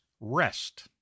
rest